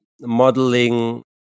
modeling